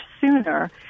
sooner